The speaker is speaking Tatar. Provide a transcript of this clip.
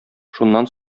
шуннан